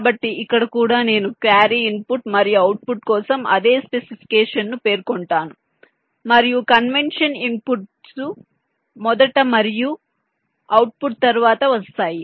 కాబట్టి ఇక్కడ కూడా నేను క్యారీ ఇన్పుట్ మరియు అవుట్పుట్ కోసం అదే స్పెసిఫికేషన్ను పేర్కొంటాను మరియు కన్వెన్షన్ ఇన్పుట్లు మొదట మరియు అవుట్పుట్ తరువాత వస్తాయి